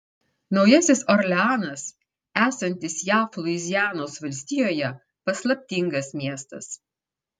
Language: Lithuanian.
naujasis orleanas esantis jav luizianos valstijoje paslaptingas miestas